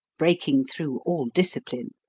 breaking through all discipline.